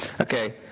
okay